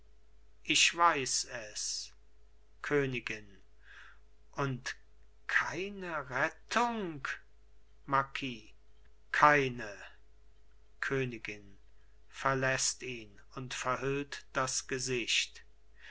ich weiß es königin und keine rettung marquis keine königin verläßt ihn und verhüllt das gesicht